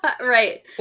Right